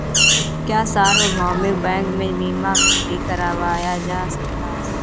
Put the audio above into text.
क्या सार्वभौमिक बैंक में बीमा भी करवाया जा सकता है?